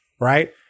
Right